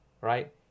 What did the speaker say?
right